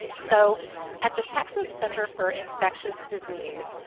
so at the texas center for infectious disease,